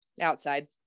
outside